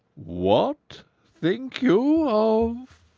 what think you of